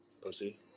pussy